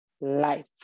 life